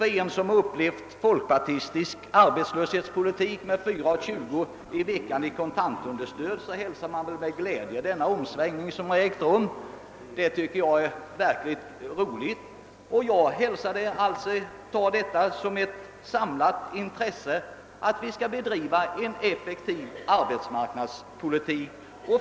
Den som upplevt folkpartistisk arbetslöshetspolitik med 4:20 kr. i veckan i kontantunderstöd hälsar med glädje den omsvängning som ägt rum. Jag ser den som ett bevis både på ett gemensamt intresse för att genom omskolningskurser, beredskapsarbeten = etc.